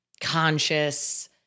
conscious